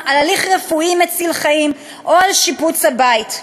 על הליך רפואי מציל חיים או על שיפוץ הבית.